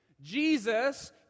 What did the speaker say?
Jesus